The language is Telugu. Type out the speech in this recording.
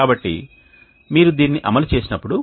కాబట్టి మీరు దీన్ని అమలు చేసినప్పుడు